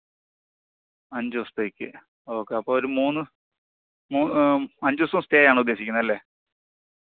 അഞ്ച് ദിവസത്തേക്ക് ഓക്കെ അപ്പോൾ ഒരു മൂന്ന് മൂ അഞ്ച് ദിവസം സ്റ്റേയാണുദ്ദേശിക്കുന്നത് അല്ലേ